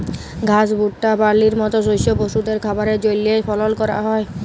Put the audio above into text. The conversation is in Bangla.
ঘাস, ভুট্টা, বার্লির মত শস্য পশুদের খাবারের জন্হে ফলল ক্যরা হ্যয়